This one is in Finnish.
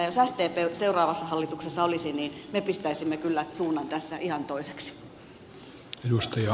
jos sdp seuraavassa hallituksessa olisi niin me pistäisimme kyllä suunnan tässä ihan toiseksi